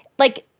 like,